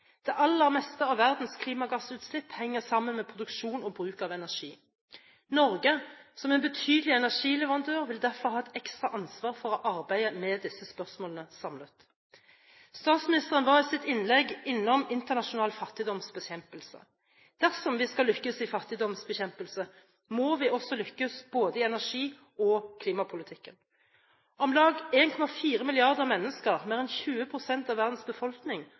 Det aller meste av verdens klimagassutslipp henger sammen med produksjon og bruk av energi. Norge som en betydelig energileverandør vil derfor ha et ekstra ansvar for å arbeide med disse spørsmålene samlet. Statsministeren var i sitt innlegg innom internasjonal fattigdomsbekjempelse. Dersom vi skal lykkes i fattigdomsbekjempelsen, må vi også lykkes både i energi- og klimapolitikken. Om lag 1,4 milliarder mennesker, mer enn 20 pst. av verdens befolkning,